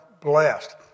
blessed